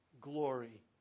glory